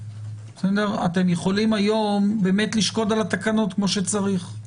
אתם יכולים היום לשקוד על התקנות כמו שצריך.